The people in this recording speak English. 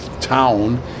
town